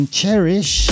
cherish